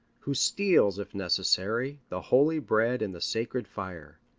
who steals, if necessary, the holy bread and the sacred fire.